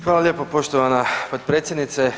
Hvala lijepa poštovana potpredsjednice.